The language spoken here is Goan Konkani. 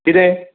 कितें